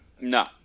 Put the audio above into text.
No